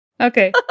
Okay